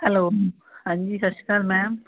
hello ਹਾਂਜੀ ਸਤਿ ਸ਼੍ਰੀ ਅਕਾਲ ਮੈਮ